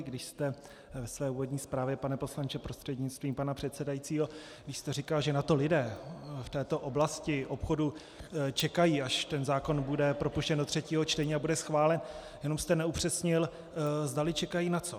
Když jste ve své úvodní zprávě, pane poslanče prostřednictvím pana předsedajícího, když jste říkal, že na to lidé v této oblasti obchodu čekají, až ten zákon bude propuštěn do třetího čtení a bude schválen, jenom jste neupřesnil, zdali čekají na co.